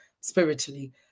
spiritually